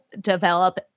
develop